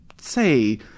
say